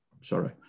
sorry